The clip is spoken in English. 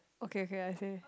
okay okay I say